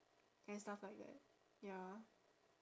and stuff like that ya